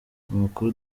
amakuru